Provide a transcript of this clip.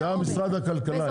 גם משרד הכלכלה, עם כל הכבוד.